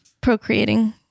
procreating